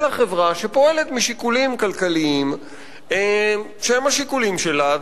אלא חברה שפועלת משיקולים כלכליים שהם השיקולים שלה,